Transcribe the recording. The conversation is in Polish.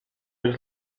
być